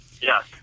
Yes